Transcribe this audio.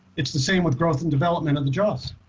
it's the same with growth and development of the jobs